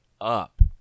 up